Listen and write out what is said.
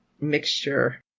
mixture